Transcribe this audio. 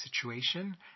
situation